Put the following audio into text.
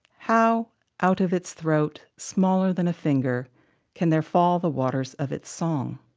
how out of its throat smaller than a finger can there fall the waters of its song?